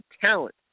talent